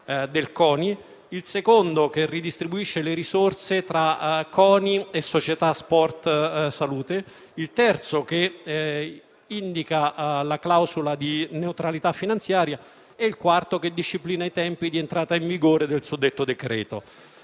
il secondo redistribuisce le risorse tra CONI e la società Sport e salute SpA; il terzo indica la clausola di neutralità finanziaria e il quarto disciplina i tempi di entrata in vigore del suddetto decreto.